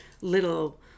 little